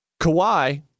Kawhi